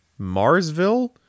Marsville